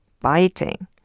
biting